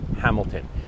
Hamilton